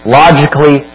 logically